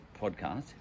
podcast